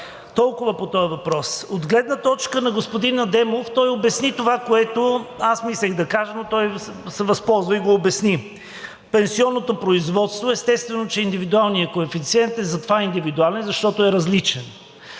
Толкова по този въпрос. От гледна точка на господин Адемов той обясни това, което аз мислех да кажа, но той се възползва и го обясни. В пенсионното производство естествено, че индивидуалният коефициент е затова индивидуален, защото е различен.